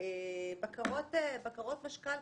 בקרות משכל,